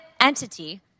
entity